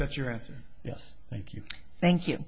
that's your answer yes thank you thank you